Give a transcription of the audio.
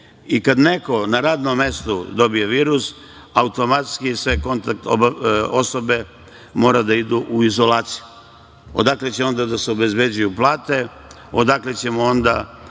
Kad neko na radnom mestu dobije virus, automatski kontakt osobe moraju da idu u izolaciju. Odakle će onda da se obezbeđuju plate? Odakle ćemo onda